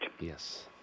Yes